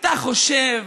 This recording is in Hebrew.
אתה חושב,